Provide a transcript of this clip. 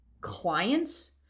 clients